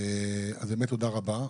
אז באמת תודה רבה.